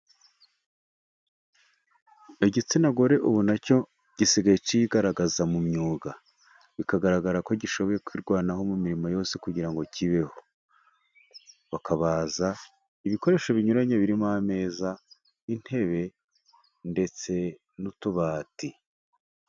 Igitsina gore ubu nacyo gisigaye kigaragaza mu myuga, bikagaragara ko gishoboye kwirwanaho mu mirimo yose kugira ngo kibeho. Bakabaza ibikoresho binyuranye birimo ameza, intebe, ndetse n'utubati.